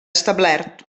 establert